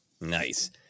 Nice